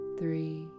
three